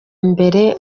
mbere